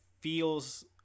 feels